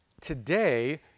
Today